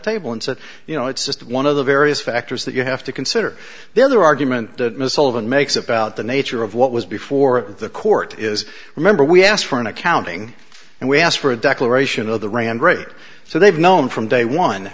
table and said you know it's just one of the various factors that you have to consider the other argument the missile of an makes about the nature of what was before the court is remember we asked for an accounting and we asked for a declaration of the rand great so they've known from day one